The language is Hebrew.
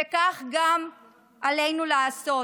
וכך גם עלינו לעשות: